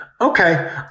Okay